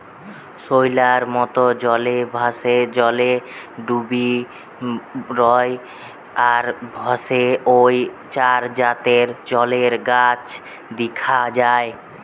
শ্যাওলার মত, জলে ভাসে, জলে ডুবি রয় আর ভাসে ঔ চার জাতের জলের গাছ দিখা যায়